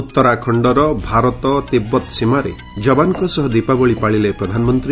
ଉତ୍ତରାଖଣ୍ଡର ଭାରତ ତୀବ୍ଦତ ସୀମାରେ ଯବାନଙ୍କ ସହ ଦୀପାବଳି ପାଳିଲେ ପ୍ରଧାନମନ୍ତ୍ରୀ